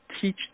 teach